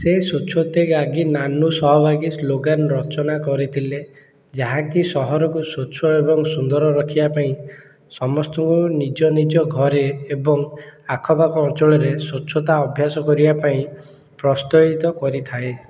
ସେ ସ୍ୱଚ୍ଛତଗାଗି ନାନୁ ସହଭାଗୀ ସ୍ଲୋଗାନ୍ ରଚନା କରିଥିଲେ ଯାହାକି ସହରକୁ ସ୍ୱଚ୍ଛ ଏବଂ ସୁନ୍ଦର ରଖିବା ପାଇଁ ସମସ୍ତଙ୍କୁ ନିଜନିଜ ଘରେ ଏବଂ ଆଖପାଖ ଅଞ୍ଚଳରେ ସ୍ୱଚ୍ଛତା ଅଭ୍ୟାସ କରିବା ପାଇଁ ପ୍ରୋତ୍ସାହିତ କରିଥାଏ